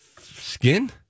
skin